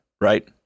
right